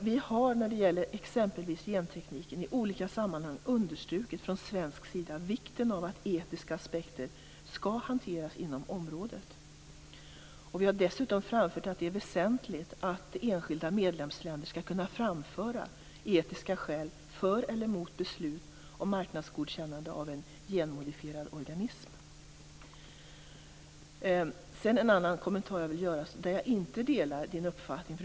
Vi har när det gäller exempelvis gentekniken i olika sammanhang från svensk sida understrukit vikten av att etiska aspekter hanteras inom området. Vi har dessutom framfört att det är väsentligt att enskilda medlemsländer skall kunna framföra etiska skäl för eller emot beslut om marknadsgodkännande av en genmodifierad organism. Jag vill göra en annan kommentar om någonting som jag inte delar Sven Bergströms uppfattning om.